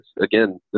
again